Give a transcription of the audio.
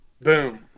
boom